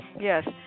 Yes